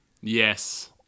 Yes